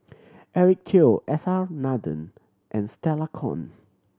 Eric Teo S R Nathan and Stella Kon